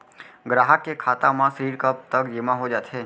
ग्राहक के खाता म ऋण कब तक जेमा हो जाथे?